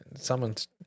Someone's